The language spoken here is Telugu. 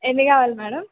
ఎన్ని కావాలి మేడం